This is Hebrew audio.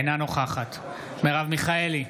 אינה נוכחת מרב מיכאלי,